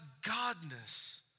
godness